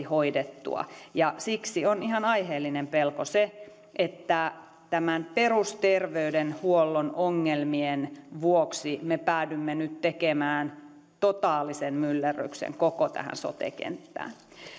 hoidettua siksi on ihan aiheellinen pelko se että perusterveydenhuollon ongelmien vuoksi me päädymme nyt tekemään totaalisen myllerryksen koko tähän sote kenttään